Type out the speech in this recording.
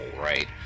right